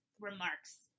remarks